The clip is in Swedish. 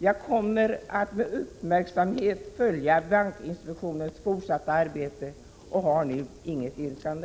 Jag kommer med uppmärksamhet att följa bankinspektionens fortsatta arbete och har nu inget yrkande.